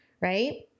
Right